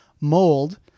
mold